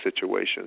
situations